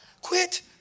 Quit